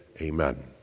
Amen